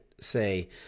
say